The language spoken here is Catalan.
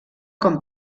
com